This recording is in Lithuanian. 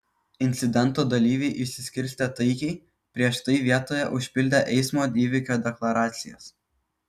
incidento dalyviai išsiskirstė taikiai prieš tai vietoje užpildę eismo įvykio deklaracijas